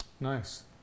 Nice